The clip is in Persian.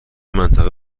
منطقه